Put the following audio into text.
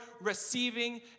receiving